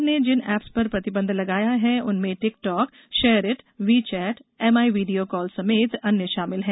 सरकार ने जिन ऐप्स पर प्रतिबंध लगाया है उसमें TikTok SHAREit WeChat Mi video call समेत अन्य शामिल हैं